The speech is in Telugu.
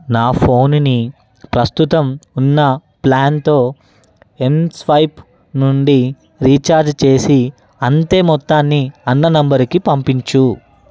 నా ఫోనుని ప్రస్తుతం ఉన్న ప్లాన్తో ఎన్ స్వైప్ నుండి రీచార్జ్ చేసి అంతే మొత్తాన్ని అన్న నంబరుకి పంపించు